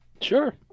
Sure